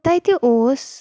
تَتہِ اوس